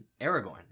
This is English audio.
Aragorn